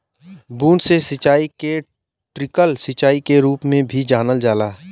बूंद से सिंचाई के ट्रिकल सिंचाई के रूप में भी जानल जाला